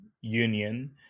Union